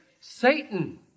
Satan